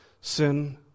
Sin